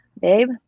babe